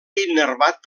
innervat